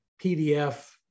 PDF